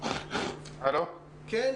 הנה,